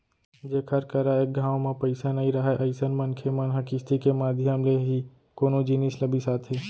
जेखर करा एक घांव म पइसा नइ राहय अइसन मनखे मन ह किस्ती के माधियम ले ही कोनो जिनिस ल बिसाथे